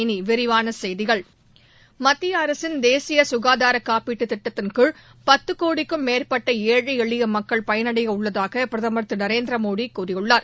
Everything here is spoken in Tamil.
இனி விரிவான செய்திகள் மத்திய அரசின் தேசிய சுகாதார காப்பீட்டுத் திட்டத்தின் கீழ் பத்து கோடிக்கும் மேற்பட்ட ஏழை எளிய மக்கள் பயனடையவுள்ளதாக பிரதமா் திரு நரேந்திரமோடி கூறியுள்ளார்